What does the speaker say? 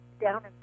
down